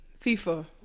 FIFA